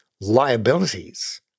liabilities